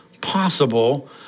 possible